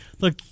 Look